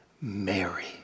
Mary